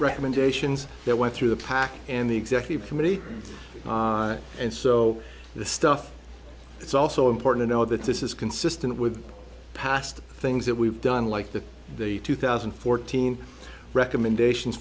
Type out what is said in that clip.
recommendations that went through the pack and the executive committee and so the stuff it's also important to know that this is consistent with past things that we've done like the the two thousand and fourteen recommendations